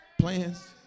plans